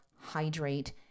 hydrate